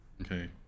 Okay